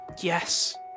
Yes